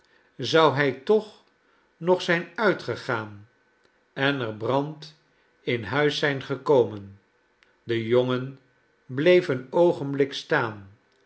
zou hij toch nog zijn uitgegaan en er brand in huis zijn gekomen de jongen bleef een oogenblik staan